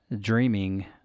dreaming